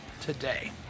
today